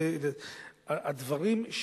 הדברים,